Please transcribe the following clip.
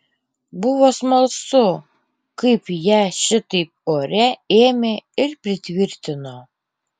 buvo smalsu kaip ją šitaip ore ėmė ir pritvirtino